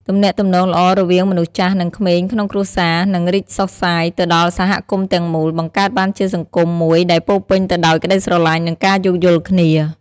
ទំនាក់ទំនងល្អរវាងមនុស្សចាស់និងក្មេងក្នុងគ្រួសារនឹងរីកសុសសាយទៅដល់សហគមន៍ទាំងមូល បង្កើតបានជាសង្គមមួយដែលពោរពេញទៅដោយក្តីស្រឡាញ់ និងការយោគយល់គ្នា។